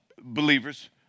believers